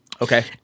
Okay